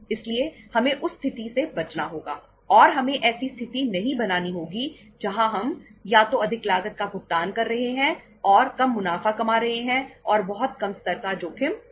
इसलिए हमें उस स्थिति से बचना होगा और हमें ऐसी स्थिति नहीं बनानी होगी जहां हम या तो अधिक लागत का भुगतान कर रहे हैं और कम मुनाफा कमा रहे हैं और बहुत कम स्तर का जोखिम ले रहे हैं